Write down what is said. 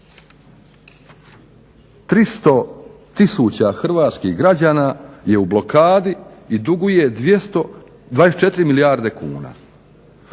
300000 hrvatskih građana je u blokadi i duguje 224 milijarde kuna.